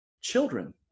Children